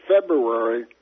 February